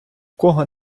кого